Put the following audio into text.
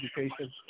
education